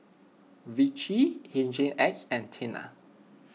Vichy Hygin X and Tena